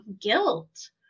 guilt